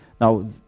Now